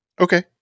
Okay